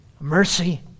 Mercy